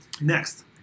Next